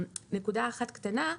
נקודה אחת קטנה: